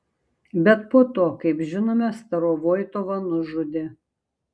bet po to kaip žinome starovoitovą nužudė